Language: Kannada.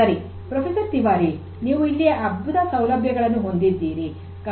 ಸರಿ ಪ್ರೊಫೆಸರ್ ತಿವಾರಿ ನೀವು ಇಲ್ಲಿ ಅದ್ಭುತ ಸೌಲಭ್ಯಗಳನ್ನು ಹೊಂದಿದ್ದೀರಿ